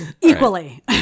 equally